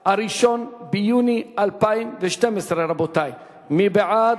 הראשון ביוני 2012. רבותי, מי בעד?